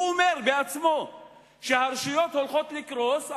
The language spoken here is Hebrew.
הוא אומר בעצמו שהרשויות הולכות לקרוס,